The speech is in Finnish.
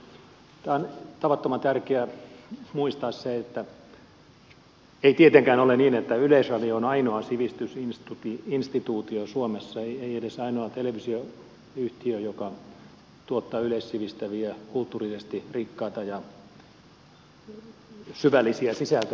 on tavattoman tärkeää muistaa se että ei tietenkään ole niin että yleisradio on ainoa sivistysinstituutio suomessa ei edes ainoa televisioyhtiö joka tuottaa yleissivistäviä kulttuurisesti rikkaita ja syvällisiä sisältöjä